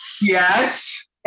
Yes